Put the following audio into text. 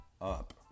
up